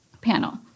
panel